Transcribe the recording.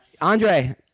Andre